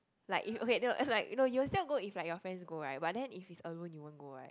like if okay that was it's like you'll still go if like your friends go right but then if it's alone then you won't go right